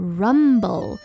rumble